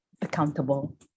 accountable